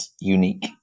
unique